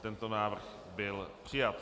Tento návrh byl přijat.